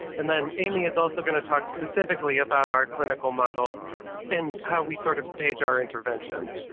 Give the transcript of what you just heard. and then amy is also going to talk specifically about our clinical model and how we sort of stage our interventions.